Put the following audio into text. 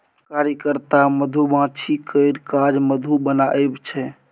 कार्यकर्ता मधुमाछी केर काज मधु बनाएब छै